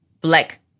black